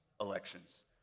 elections